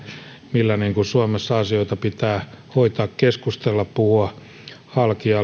millä suomessa asioita pitää hoitaa keskustella puhua halki ja